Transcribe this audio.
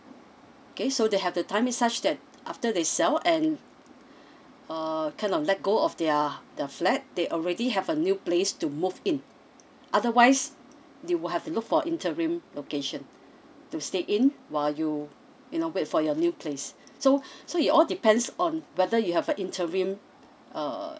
okay so they have the timing such that after they sell and err kind of let go of their the flat they already have a new place to move in otherwise you will have to look for interim location to stay in while you you know wait for your new place so so it all depends on whether you have a interim err